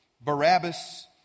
Barabbas